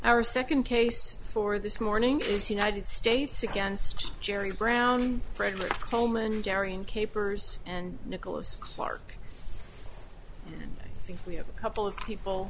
our second case for this morning is united states against jerry brown frederick coleman garrion capers and nicholas clarke i think we have a couple of people